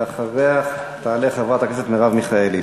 ואחריה תעלה חברת הכנסת מרב מיכאלי.